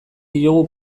diogu